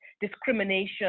discrimination